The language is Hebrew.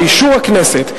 באישור הכנסת,